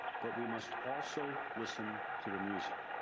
but we must also listen to the music.